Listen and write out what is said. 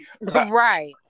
Right